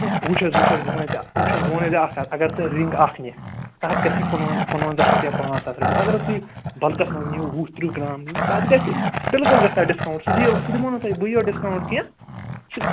وُچھ حظ وُچھ حظ بہٕ وَنَے ژےٚ وُچھ حظ بہٕ وَنَے ژےٚ اکھ کَتھ اگر ژٕ رِنٛگ اَکھ نِکھ تتھ گَژِھی کُنوٕ کُنوُوَنٛزاہ شتھ یا پانٛژھ ساس رۄپیہِ اگر حظ تُہۍ بلکَس منٛز نِیو وُہ ترٕٛہ گرٛام نِیو تتھ گَژِھ بِلکُل گَژِھ تتھ ڈِسکاوُنٛٹ سُہ دِیو سُہ دِمٕہو نہٕ تۄہہِ بٕے یوٚت ڈِسکاوُنٛٹ کیٚنٛہہ سُہ